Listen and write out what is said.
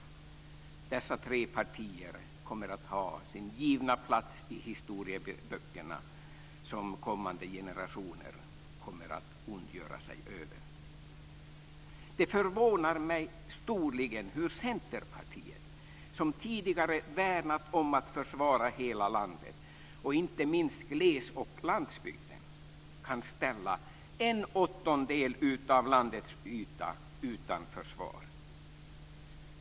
Dessa tre partier kommer att ha sin givna plats i historieböckerna som kommande generationer kommer att ondgöra sig över. Det förvånar mig storligen att Centerpartiet, som tidigare värnat om att försvara hela landet och inte minst gles och landsbygden, kan ställa en åttondel av landets yta utan försvar.